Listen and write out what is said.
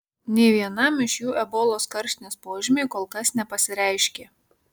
nei vienam iš jų ebolos karštinės požymiai kol kas nepasireiškė